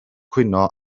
cwyno